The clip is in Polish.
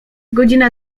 godzina